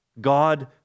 God